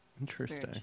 Interesting